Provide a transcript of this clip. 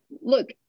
look